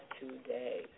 today